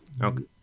Okay